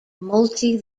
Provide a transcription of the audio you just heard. multi